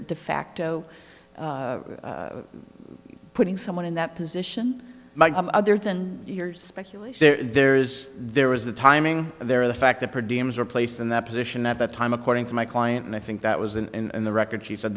defacto putting someone in that position other than your speculation there is there was the timing there the fact that her place in that position at that time according to my client and i think that was and the record she said